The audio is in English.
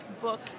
book